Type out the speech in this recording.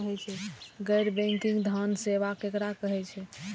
गैर बैंकिंग धान सेवा केकरा कहे छे?